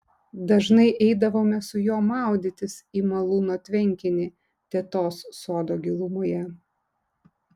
dažnai eidavome su juo maudytis į malūno tvenkinį tetos sodo gilumoje